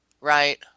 Right